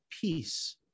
peace